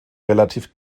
relativ